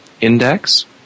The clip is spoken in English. index